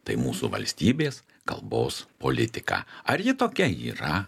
tai mūsų valstybės kalbos politika ar ji tokia yra